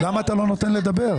למה אתה לא נותן לדבר?